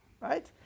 right